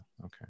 Okay